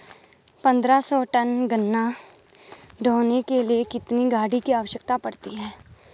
पन्द्रह सौ टन गन्ना ढोने के लिए कितनी गाड़ी की आवश्यकता पड़ती है?